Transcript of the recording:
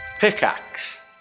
Pickaxe